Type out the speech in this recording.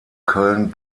köln